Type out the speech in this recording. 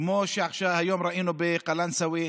כמו שהיום ראינו בקלנסווה,